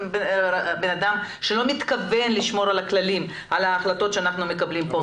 בן אדם שלא מתכוון לשמור על הכללים ועל ההחלטות שאנחנו מקבלים כאן,